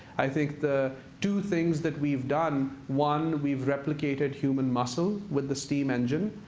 i think the two things that we've done one, we've replicated human muscle with the steam engine,